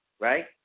right